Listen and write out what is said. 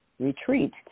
retreat